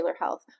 health